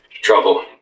trouble